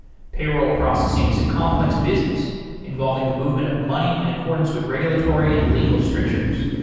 payroll processing is a complex business involving the movement of money in accordance with regulatory and legal strictures.